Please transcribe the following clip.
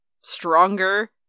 stronger